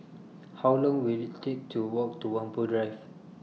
How Long Will IT Take to Walk to Whampoa Drive